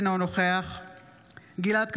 אינו נוכח גלעד קריב,